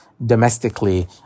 domestically